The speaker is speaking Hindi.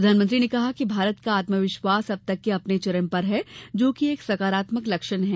प्रधानमंत्री ने कहा कि भारत का आत्मविश्वास अब तक के अपने चरम पर है जो कि एक सकारात्मक लक्षण है